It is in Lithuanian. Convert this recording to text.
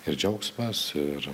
ir džiaugsmas ir